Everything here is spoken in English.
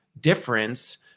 difference